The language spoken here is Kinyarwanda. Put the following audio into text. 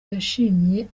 yashimye